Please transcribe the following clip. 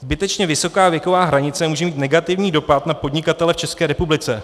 Zbytečně vysoká věková hranice může mít negativní dopad na podnikatele v České republice.